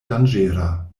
danĝera